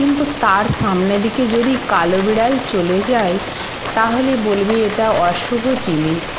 কিন্তু তার সামনে দিকে যদি কালো বিড়াল চলে যায় তাহলে বলবে এটা অশুভ জিনিস